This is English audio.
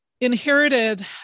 Inherited